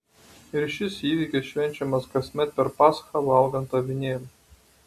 ir šis įvykis švenčiamas kasmet per paschą valgant avinėlį